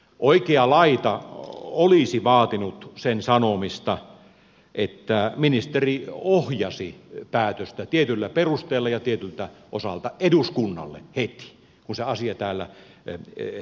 oikea laita olisi vaatinut sen sanomista että ministeri ohjasi päätöstä tietyillä perusteilla ja tietyltä osalta eduskunnalle heti kun se asia täällä esiteltiin